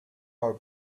are